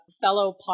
fellow